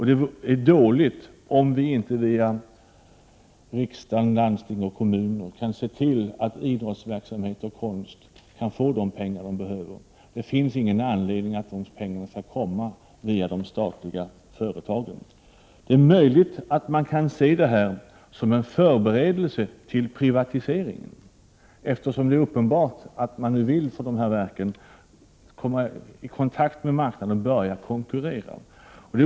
Det är dåligt om idrottsverksamhet och konst inte kan få vad de behöver via riksdag, kommuner och landsting. Det finns ingen anledning till att dessa pengar skall ges via de statliga företagen. Det är möjligt att man kan se detta som en förberedelse till privatisering, eftersom det är uppenbart att dessa verk nu vill komma i kontakt med marknaden och börja konkurrera.